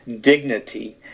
dignity